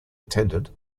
attended